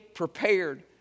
prepared